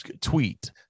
tweet